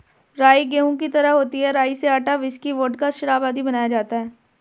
राई गेहूं की तरह होती है राई से आटा, व्हिस्की, वोडका, शराब आदि बनाया जाता है